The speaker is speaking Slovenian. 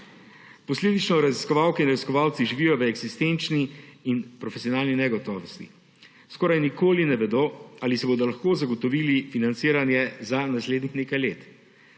Posledično raziskovalke in raziskovalci živijo v eksistenčni in profesionalni negotovosti. Skoraj nikoli ne vedo, ali si bodo lahko zagotovili financiranje za naslednjih nekaj let.